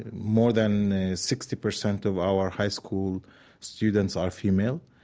and more than sixty percent of our high school students are female.